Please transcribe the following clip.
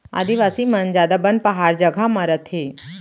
आदिवासी मन जादा बन पहार जघा म रथें